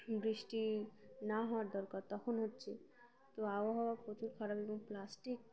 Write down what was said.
বৃষ্টি না হওয়ার দরকার তখন হচ্ছে তো আবহাওয়া প্রচুর খারাপ এবং প্লাস্টিক